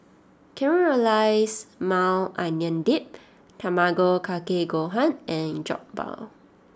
Caramelized Maui Onion Dip Tamago Kake Gohan and Jokbal